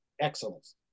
Excellence